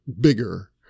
bigger